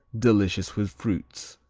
delicious with fruits.